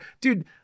dude